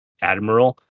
admiral